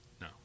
No